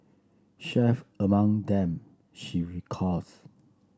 chief among them she recalls